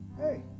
Hey